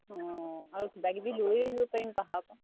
অঁ আৰু কিবা কিবি লৈয়ো আহিব পাৰিম পাহাৰৰপৰা